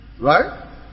Right